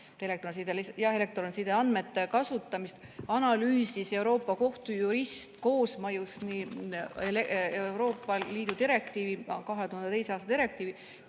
ja elektronsideandmete kasutamist analüüsis Euroopa kohtu jurist koosmõjus nii Euroopa Liidu 2002. aasta direktiivi